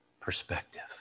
perspective